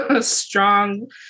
strong